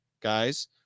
guys